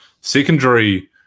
secondary